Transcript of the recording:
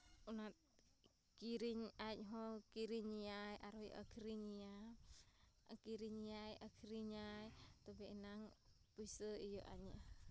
ᱚᱱᱟ ᱠᱤᱨᱤᱧ ᱟᱡ ᱦᱚᱸ ᱠᱤᱨᱤᱧᱮᱭᱟᱭ ᱟᱨ ᱦᱚᱸᱭ ᱟᱹᱠᱷᱨᱤᱧᱮᱭᱟ ᱠᱤᱨᱤᱧᱮᱭᱟᱭ ᱟᱹᱠᱷᱨᱤᱧᱟᱭ ᱛᱚᱵᱮ ᱮᱱᱟᱝ ᱯᱩᱭᱥᱟᱹ ᱤᱭᱟᱹᱜ ᱟᱹᱱᱤᱡᱼᱟ